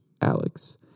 Alex